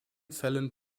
fällen